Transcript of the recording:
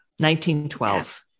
1912